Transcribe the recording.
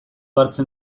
hartzen